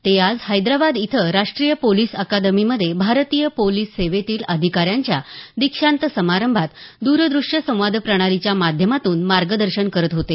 ते आज हैदराबाद इथं राष्ट्रीय पोलिस अकादमीमधे भारतीय पोलिस सेवेतील अधिकाऱ्यांच्या दीक्षांत समारंभात द्र दृष्य संवाद प्रणालीच्या माध्यमातून मार्गदर्शन करत होते